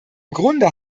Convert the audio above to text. grunde